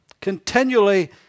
continually